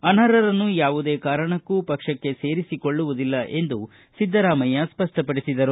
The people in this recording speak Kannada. ಅನರ್ಹರನ್ನು ಯಾವುದೇ ಕಾರಣಕ್ಕೂ ಪಕ್ಷಕ್ಕೆ ಸೇರಿಸಿಕೊಳ್ಳುವುದಿಲ್ಲ ಎಂದು ಸಿದ್ದರಾಮಯ್ಕ ಸ್ಪಷ್ಟಪಡಿಸಿದರು